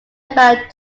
about